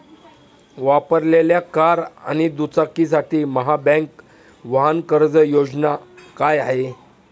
वापरलेल्या कार आणि दुचाकीसाठी महाबँक वाहन कर्ज योजना काय आहे?